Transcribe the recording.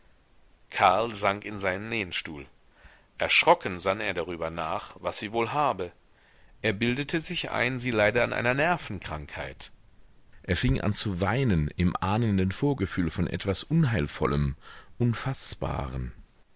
karl sank in seinen lehnstuhl erschrocken sann er darüber nach was sie wohl habe er bildete sich ein sie leide an einer nervenkrankheit er fing an zu weinen im ahnenden vorgefühl von etwas unheilvollem unfaßbarem